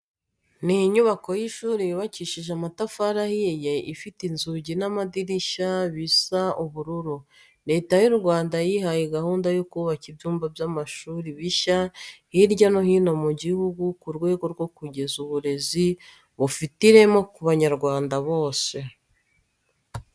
Ni inyubako y'ishuri yubakishije amatafari ahiye , ifite inzugi n'amadirishya bisa ubururu. Leta y'u Rwanda yihaye gahunda yo kubaka ibyumba by'amashuri bishya hirya no hino mu gihugu mu rwego rwo kugeza uburezi bufite ireme ku banyarwanda bose.